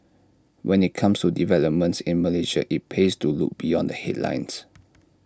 when IT comes to developments in Malaysia IT pays to look beyond the headlines